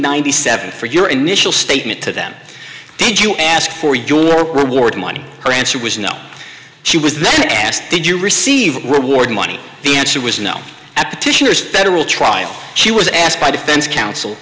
ninety seven for your initial statement to them did you ask for your reward money her answer was no she was then asked did you receive reward money the answer was no at petitioner's federal trial she was asked by defense counsel